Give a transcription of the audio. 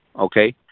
Okay